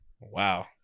Wow